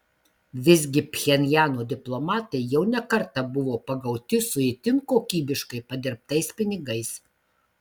visgi pchenjano diplomatai jau ne kartą buvo pagauti su itin kokybiškai padirbtais pinigais